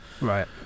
Right